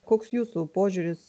koks jūsų požiūris